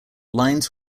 lines